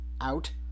out